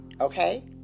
okay